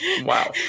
Wow